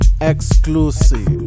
Exclusive